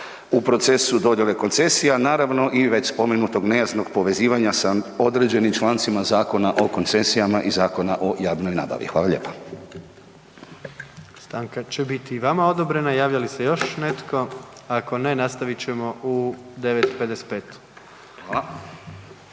u procesu dodjele koncesija, a naravno i već spomenutog nejasnog povezivanja sa određenim člancima Zakona o koncesijama i Zakona o javnoj nabavi. Hvala lijepa. **Jandroković, Gordan (HDZ)** Stanka će biti i vama odobrena. Javlja li se još netko? Ako ne, nastavit ćemo u 9:55. STANKA